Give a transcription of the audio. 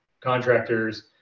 contractors